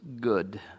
good